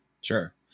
sure